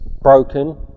broken